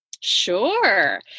Sure